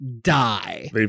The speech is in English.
die